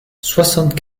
soixante